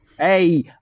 Hey